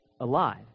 alive